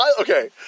Okay